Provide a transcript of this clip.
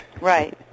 Right